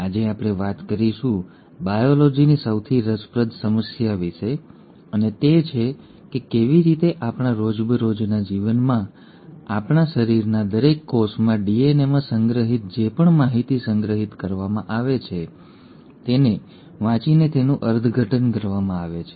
આજે આપણે વાત કરીશું બાયોલોજીની સૌથી રસપ્રદ સમસ્યા વિશે અને તે છે કે કેવી રીતે આપણા રોજબરોજના જીવનમાં અને આપણા શરીરના દરેક કોષમાં ડીએનએમાં સંગ્રહિત જે પણ માહિતી સંગ્રહિત કરવામાં આવે છે તેને વાંચીને તેનું અર્થઘટન કરવામાં આવે છે